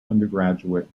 undergraduate